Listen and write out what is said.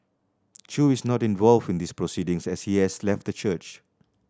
Chew is not involved in these proceedings as he has left the church